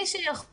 מי שיכול